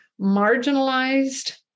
marginalized